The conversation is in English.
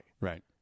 Right